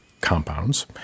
compounds